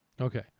Okay